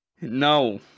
No